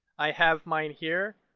i have mine here.